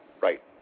Right